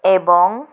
ଏବଂ